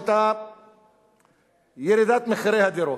היתה ירידת מחירי הדירות.